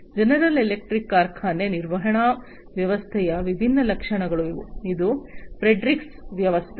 general Electric ಕಾರ್ಖಾನೆ ನಿರ್ವಹಣಾ ವ್ಯವಸ್ಥೆಯ ವಿಭಿನ್ನ ಲಕ್ಷಣಗಳು ಇವು ಇದು ಪ್ರಿಡಿಕ್ಸ್ ವ್ಯವಸ್ಥೆ